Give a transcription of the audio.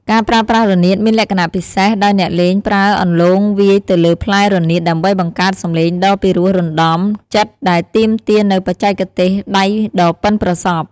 ការប្រើប្រាស់រនាតមានលក្ខណៈពិសេសដោយអ្នកលេងប្រើអន្លូងវាយទៅលើផ្លែរនាតដើម្បីបង្កើតសំឡេងដ៏ពីរោះរណ្ដំចិត្តដែលទាមទារនូវបច្ចេកទេសកដៃដ៏ប៉ិនប្រសប់។